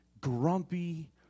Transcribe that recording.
grumpy